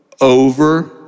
over